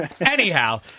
anyhow